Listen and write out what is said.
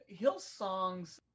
Hillsong's